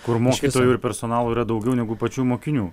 kur mokytojų ir personalo yra daugiau negu pačių mokinių